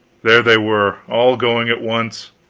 there they were, all going at once,